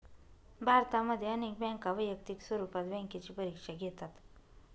भारतामध्ये अनेक बँका वैयक्तिक स्वरूपात बँकेची परीक्षा घेतात